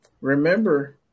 remember